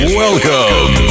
welcome